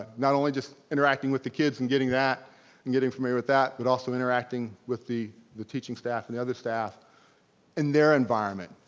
not only just interacting with the kids and getting that and getting familiar with that, but also interacting with the the teaching staff and the other staff in their environment,